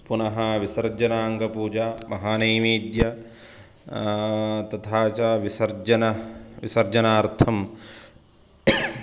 पुनः विसर्जनाङ्गपूजा महानैवेद्यं तथा च विसर्जन विसर्जनार्थं